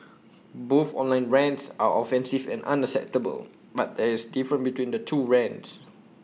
both online rants are offensive and unacceptable but there is different between the two rants